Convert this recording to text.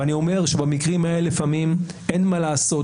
ואני אומר שבמקרים האלה לפעמים אין מה לעשות,